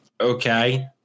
okay